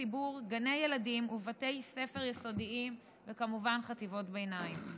הציבור גני ילדים ובתי ספר יסודיים וכמובן חטיבות ביניים.